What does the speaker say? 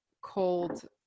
cold